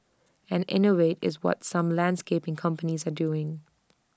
and innovate is what some landscaping companies are doing